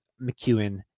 McEwen